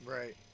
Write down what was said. Right